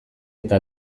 eta